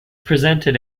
presented